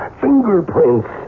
Fingerprints